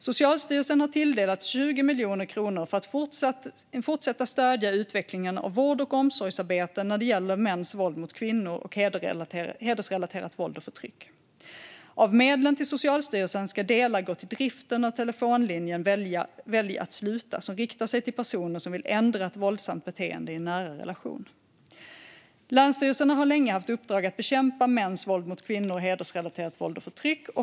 Socialstyrelsen har tilldelats 20 miljoner kronor för att fortsätta stödja utvecklingen av vård och omsorgsarbete när det gäller mäns våld mot kvinnor och hedersrelaterat våld och förtryck. Av medlen till Socialstyrelsen ska delar gå till driften av telefonlinjen Välj att sluta, som riktar sig till personer som vill ändra ett våldsamt beteende i en nära relation. Länsstyrelserna har länge haft uppdrag att bekämpa mäns våld mot kvinnor och hedersrelaterat våld och förtryck.